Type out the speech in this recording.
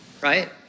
Right